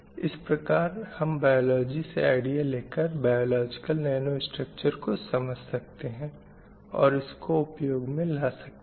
इस प्रकार हम बायोलोज़ी से आइडिया लेकर बायोलोजिकल नैनो स्ट्रक्चरको समझ सकते हैं और इसको उपयोग में ला सकते हैं